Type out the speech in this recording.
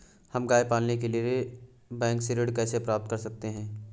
हम गाय पालने के लिए बैंक से ऋण कैसे प्राप्त कर सकते हैं?